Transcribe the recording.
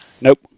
Nope